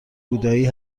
بودایی